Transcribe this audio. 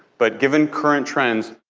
but given current trends,